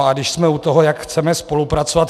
A když jsme u toho, jak chceme spolupracovat.